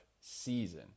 season